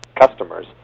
customers